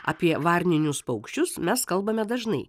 apie varninius paukščius mes kalbame dažnai